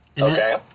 Okay